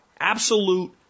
absolute